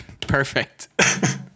Perfect